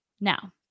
Now